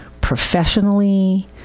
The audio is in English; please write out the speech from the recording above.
professionally